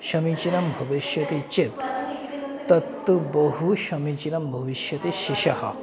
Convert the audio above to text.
समीचीनं भविष्यति चेत् तत्तु बहु समीचीनं भविष्यति शिशुः